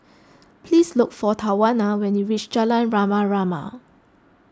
please look for Tawanna when you reach Jalan Rama Rama